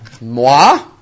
Moi